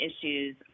issues